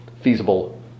feasible